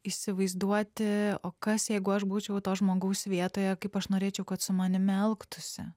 įsivaizduoti o kas jeigu aš būčiau to žmogaus vietoje kaip aš norėčiau kad su manimi elgtųsi